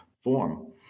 form